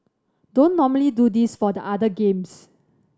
don't normally do this for the other games